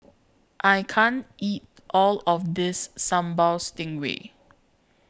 I can't eat All of This Sambal Stingray